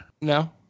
No